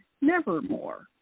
nevermore